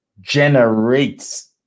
generates